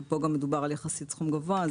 וכאן מדובר על סכום גבוה יחסית,